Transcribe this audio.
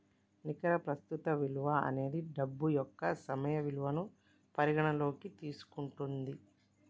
నికర ప్రస్తుత విలువ అనేది డబ్బు యొక్క సమయ విలువను పరిగణనలోకి తీసుకుంటది